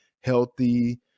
healthy